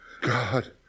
God